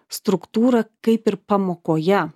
struktūrą kaip ir pamokoje